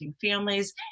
families